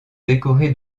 décorées